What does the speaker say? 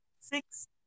six